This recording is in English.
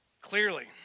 Clearly